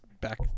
back